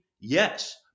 Yes